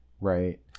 right